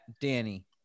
Danny